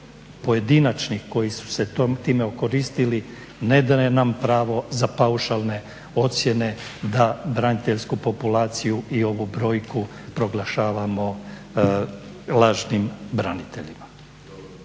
pojedinačnih koji su se time okoristili ne daje nam pravo za paušalne ocjene da braniteljsku populaciju i ovu brojku proglašavamo lažnim braniteljima.